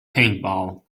paintball